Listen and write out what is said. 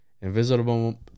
Invisible